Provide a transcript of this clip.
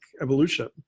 evolution